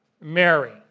Mary